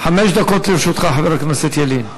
חמש דקות לרשותך, חבר הכנסת ילין.